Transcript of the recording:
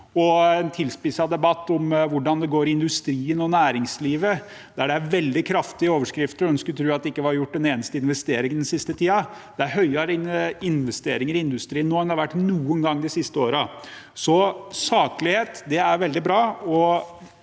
er en tilspisset debatt om hvordan det går i industrien og næringslivet, der det er veldig kraftige overskrifter, og en skulle tro at det ikke var gjort en eneste investering den siste tida. Det er høyere investeringer i industrien nå enn det har vært noen gang de siste årene. Så saklighet er veldig bra.